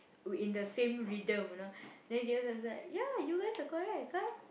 we in the same rhythm you know then teacher was like ya you guys are correct come